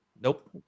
Nope